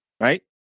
right